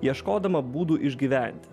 ieškodama būdų išgyventi